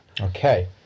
Okay